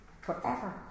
forever